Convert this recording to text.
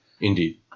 indeed